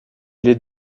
les